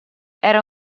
era